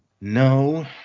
no